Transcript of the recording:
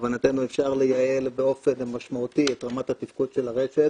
להבנתנו אפשר לייעל באופן משמעותי את רמת התפקוד של הרשת